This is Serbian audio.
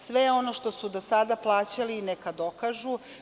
Sve ono što su do sada plaćali neka dokažu.